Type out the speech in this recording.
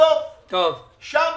בסוף, שם